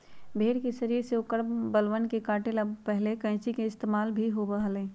भेड़ के शरीर से औकर बलवन के काटे ला पहले कैंची के पइस्तेमाल ही होबा हलय